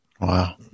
Wow